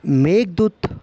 मेघदूतं